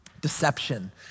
Deception